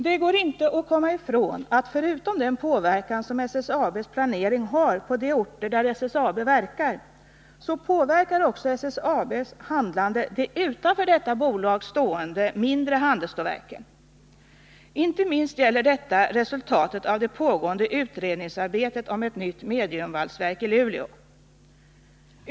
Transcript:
Det går inte att komma ifrån att förutom den påverkan som SSAB:s planering har på de orter där SSAB verkar så påverkar också SSAB:s handlande de utanför detta bolag stående mindre handelsstålverken. Inte minst gäller detta resultatet av det pågående utredningsarbetet om ett nytt mediumvalsverk i Luleå.